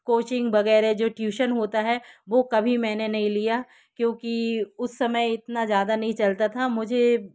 coaching वगैरह जो tuition होता है वो कभी मैं नहीं लिया क्योंकि उस समय इतना ज़्यादा नहीं चलता था मुझे